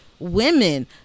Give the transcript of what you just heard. women